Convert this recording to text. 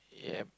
yup